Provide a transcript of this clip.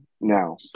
now